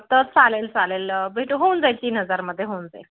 तर चालेल चालेल भेट होऊन जाईल तीन हजारामध्ये होऊन जाईल